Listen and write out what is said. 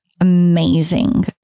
amazing